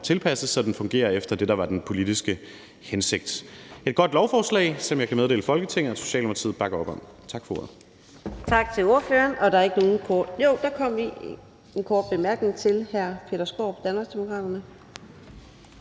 tilpasses, så den fungerer efter det, der var den politiske hensigt. Det er et godt lovforslag, som jeg kan meddele Folketinget at Socialdemokratiet bakker op om. Tak for ordet.